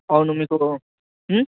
అవును మీకు